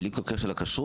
בלי כל קשר לכשרות,